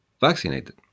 vaccinated